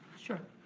sure.